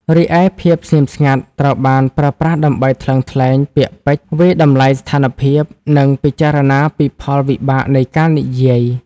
រីឯ ភាពស្ងៀមស្ងាត់ត្រូវបានប្រើប្រាស់ដើម្បីថ្លឹងថ្លែងពាក្យពេចន៍ វាយតម្លៃស្ថានភាព និងពិចារណាពីផលវិបាកនៃការនិយាយ។